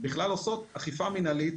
בכלל עושות אכיפה מנהלית